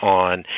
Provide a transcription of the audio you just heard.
on